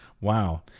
Wow